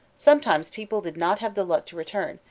sometimes people did not have the luck to return,